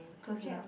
close enough